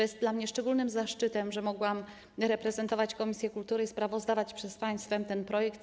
Jest dla mnie szczególnym zaszczytem, że mogłam reprezentować komisję kultury i sprawozdawać przed państwem ten projekt.